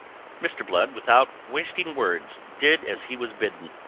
mr. blood, without wasting words, did as he was bidden.